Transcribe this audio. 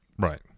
Right